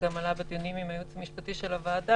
זה גם עלה בדיונים עם הייעוץ המשפטי של הוועדה,